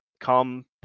come